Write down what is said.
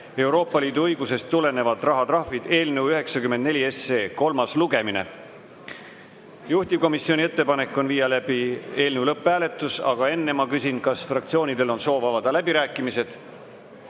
(Euroopa Liidu õigusest tulenevad rahatrahvid) eelnõu 94 kolmas lugemine. Juhtivkomisjoni ettepanek on viia läbi eelnõu lõpphääletus, aga enne ma küsin, kas fraktsioonidel on soovi avada läbirääkimised.